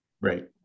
Right